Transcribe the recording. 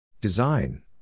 Design